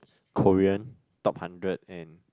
Korean top hundred and